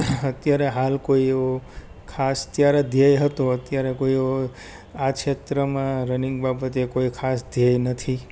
અત્યારે હાલ કોઈ એવો ખાસ ત્યારે ધ્યેય હતો અત્યારે એવો આ છેત્રમાં રનિંગ બાબતે કોઈ ખાસ ધ્યેય નથી